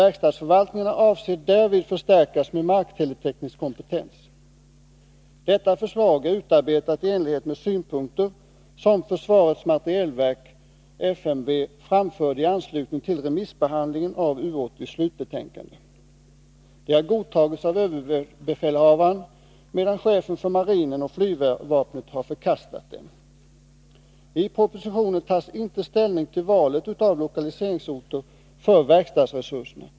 Verkstadsförvaltningarna avses därvid förstärkas med markteleteknisk kompetens. Detta förslag är utarbetat i enlighet med synpunkter som försvarets materielverk framförde i anslutning till remissbehandlingen av U 80:s slutbetänkande. De har godtagits av överbefälhavaren, medan cheferna för marinen och flygvapnet har förkastat dem. I propositionen tas inte ställning till valet av lokaliseringsorter för verkstadsresurserna.